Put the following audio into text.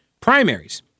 primaries